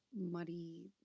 muddy